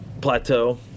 plateau